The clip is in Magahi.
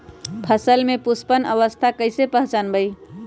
फसल में पुष्पन अवस्था कईसे पहचान बई?